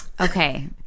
Okay